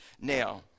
Now